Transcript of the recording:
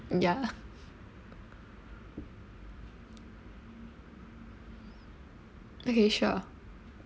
ya okay sure